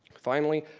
finally,